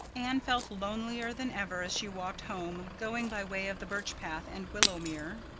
anne felt lonelier than ever as she walked home, going by way of the birch path and willowmere.